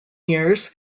years